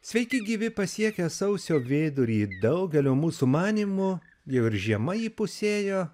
sveiki gyvi pasiekę sausio vidurį daugelio mūsų manymu jau ir žiema įpusėjo